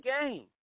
game